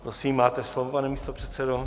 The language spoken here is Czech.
Prosím, máte slovo, pane místopředsedo.